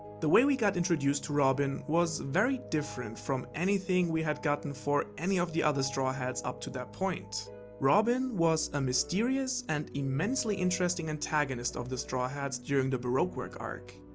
the way we got introduced to robin was very different from anything we had gotten for any of the other straw hats up to that point robin was a mysterious and immensely interesting antagonist of the straw hats during the baroque work arc.